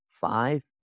five